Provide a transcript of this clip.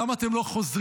למה אתם לא חוזרים?